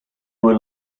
were